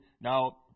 Now